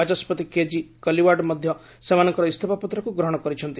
ବାଚସ୍କତି କେକି କୋଲିୱାଡ୍ ମଧ୍ୟ ସେମାନଙ୍କର ଇସ୍ତଫା ପତ୍ରକୁ ଗ୍ରହଣ କରିଛନ୍ତି